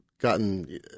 gotten